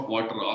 Water